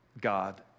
God